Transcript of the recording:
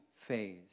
phase